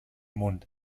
mund